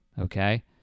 okay